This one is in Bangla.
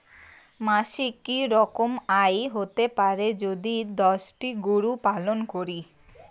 মাসিক কি রকম আয় হতে পারে যদি দশটি গরু পালন করি?